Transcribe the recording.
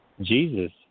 Jesus